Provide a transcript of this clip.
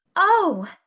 oh!